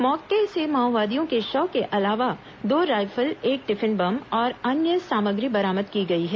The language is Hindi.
मौके से माओवादी के शव के अलावा दो राइफल एक टिफिन बम और अन्य सामग्री बरामद की गई हैं